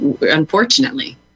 unfortunately